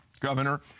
governor